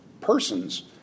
persons